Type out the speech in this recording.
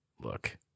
look